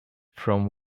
from